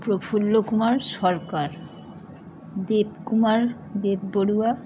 Prafulla Kumar Sarkar Debkumar Deb Barua